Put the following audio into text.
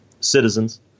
citizens